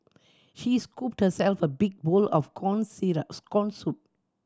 she scooped herself a big bowl of corn corn soup